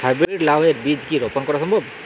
High breed লাও এর বীজ কি রোপন করা সম্ভব?